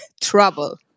trouble